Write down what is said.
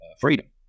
freedom